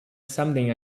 something